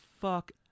fuck